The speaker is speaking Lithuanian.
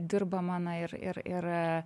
dirbama na ir ir ir